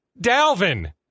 Dalvin